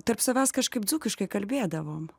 tarp savęs kažkaip dzūkiškai kalbėdavom